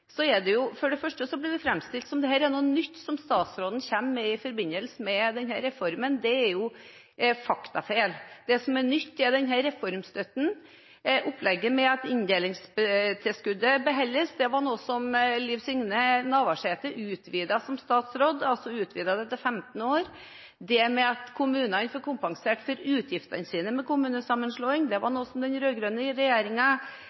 det jo for det første framstilt som om dette er noe nytt statsråden kommer med i forbindelse med denne reformen. Det er faktafeil. Det som er nytt, er denne reformstøtten. Opplegget med at inndelingstilskuddet beholdes, var noe som Liv Signe Navarsete som statsråd utvidet til 15 år. Det at kommunene får kompensert for utgiftene sine ved kommunesammenslåing, var noe som den rød-grønne regjeringen gjennomførte. Men det